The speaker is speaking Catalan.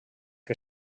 que